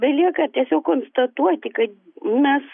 belieka tiesiog konstatuoti kad mes